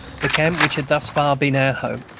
the camp which had thus far been our home.